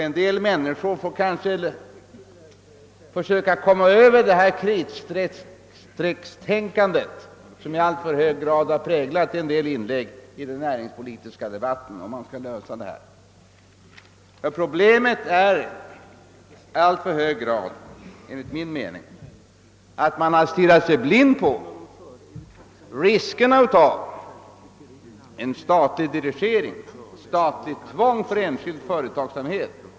En del människor får kanske försöka komma över det kritstreckstänkande som i alltför hög grad har präglat vissa inlägg i den näringspolitiska debatten. Problemet är enligt min mening att man alltför mycket har stirrat sig blind på riskerna för en statlig dirigering, ett statligt tvång för enskild företagsamhet.